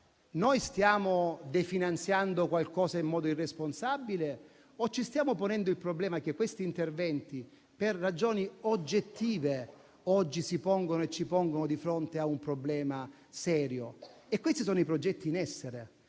Ora, stiamo definanziando qualcosa in modo irresponsabile o ci stiamo ponendo il problema che questi interventi per ragioni oggettive oggi si pongono e ci pongono di fronte a un problema serio? Questi sono i progetti in essere,